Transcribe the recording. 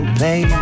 baby